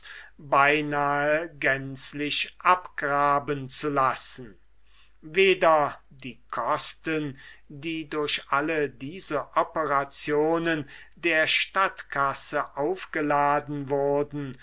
beinahe gänzlich abgraben zu lassen weder die kosten die durch alle diese operationen dem aerario aufgeladen wurden